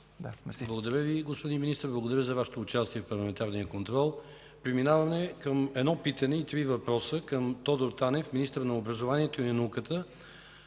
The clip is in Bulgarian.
Благодаря Ви, господин Министър. Благодаря за Вашето участие в парламентарния контрол. Преминаваме към питане и три въпроса към Тодор Танев – министър на образованието и науката.